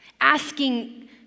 Asking